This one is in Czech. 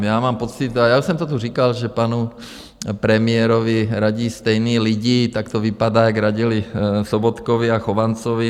Já mám pocit, a já už jsem to tu říkal, že panu premiérovi radí stejní lidi tak to vypadá jak radili Sobotkovi a Chovancovi.